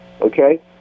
Okay